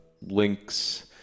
Link's